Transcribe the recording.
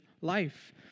life